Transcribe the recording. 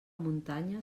muntanya